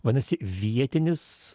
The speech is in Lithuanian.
vadinasi vietinis